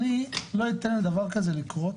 אני לא אתן לדבר כזה לקרות